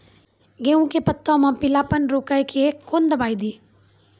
गेहूँ के पत्तों मे पीलापन रोकने के कौन दवाई दी?